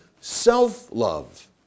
self-love